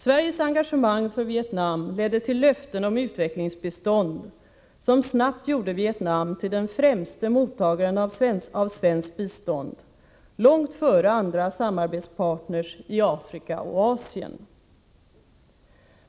Sveriges engagemang för Vietnam ledde till löften om utvecklingsbistånd som snabbt gjorde Vietnam till den främste mottagaren av svenskt bistånd, långt före andra samarbetspartners i Afrika och Asien.